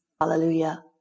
Hallelujah